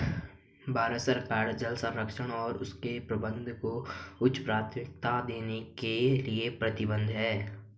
भारत सरकार जल संरक्षण और उसके प्रबंधन को उच्च प्राथमिकता देने के लिए प्रतिबद्ध है